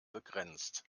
begrenzt